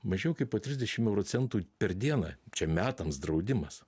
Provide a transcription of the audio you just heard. mažiau kaip po trisdešim eoro centų per dieną čia metams draudimas